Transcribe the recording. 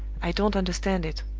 i don't understand it.